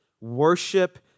Worship